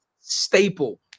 staple